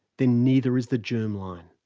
then neither is the germline.